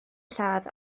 lladd